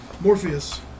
Morpheus